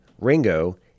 Ringo